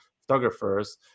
photographers